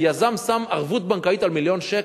היזם שם ערבות בנקאית על מיליון שקל,